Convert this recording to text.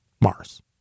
Mars